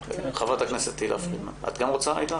חברת הכנסת תהלה פרידמן, בבקשה.